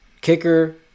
Kicker